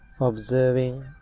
observing